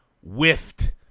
whiffed